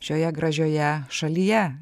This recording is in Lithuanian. šioje gražioje šalyje